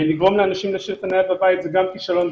לגרום לאנשים להשאיר את הנייד בבית זה גם כישלון.